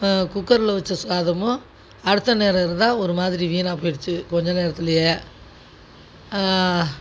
குக்கரில் வச்ச சாதமும் அடுத்த நேரம் இருந்தால் ஒரு மாதிரி வீணாக போயிடுச்சு கொஞ்சம் நேரத்திலயே